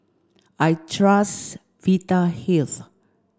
I trust Vitahealth